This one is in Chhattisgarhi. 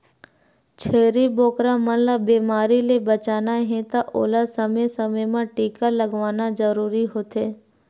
छेरी बोकरा मन ल बेमारी ले बचाना हे त ओला समे समे म टीका लगवाना जरूरी होथे